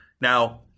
Now